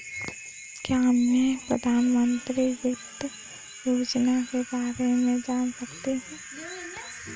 क्या मैं प्रधानमंत्री वित्त योजना के बारे में जान सकती हूँ?